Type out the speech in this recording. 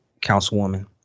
Councilwoman